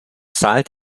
zahlt